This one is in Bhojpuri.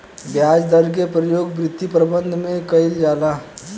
ब्याज दर के प्रयोग वित्तीय प्रबंधन में कईल जाला